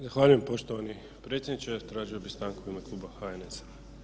Zahvaljujem poštovani predsjedniče, tražio bi stanku u ime Kluba HNS-a.